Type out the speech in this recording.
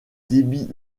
débit